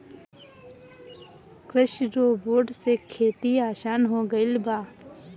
कृषि रोबोट से खेती आसान हो गइल बा